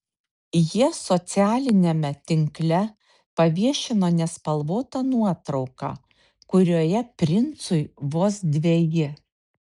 jie socialiniame tinkle paviešino nespalvotą nuotrauką kurioje princui vos dveji